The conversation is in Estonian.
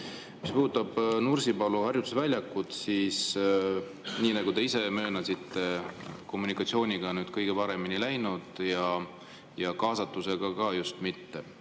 Mis puudutab Nursipalu harjutusväljakut, siis nii nagu te ise möönsite, kommunikatsiooniga nüüd kõige paremini ei läinud ja kaasatusega ka just mitte.